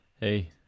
hey